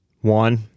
one